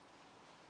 בסמכותי.